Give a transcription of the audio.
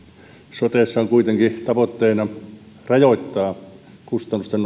sotessa on kuitenkin tavoitteena rajoittaa kustannusten